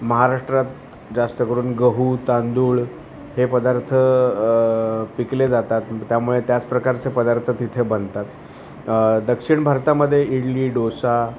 महाराष्ट्रात जास्त करून गहू तांदूळ हे पदार्थ पिकले जातात त्यामुळे त्याच प्रकारचे पदार्थ तिथे बनतात दक्षिण भारतामध्ये इडली डोसा